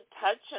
touch